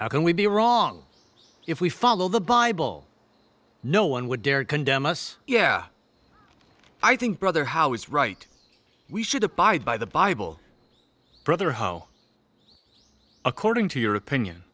how can we be wrong if we follow the bible no one would dare condemn us yeah i think brother how is right we should abide by the bible brother ho according to your opinion